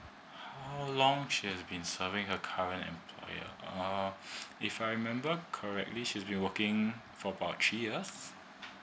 how long she has been serving her current employer uh if I remember correctly she's been working for about three years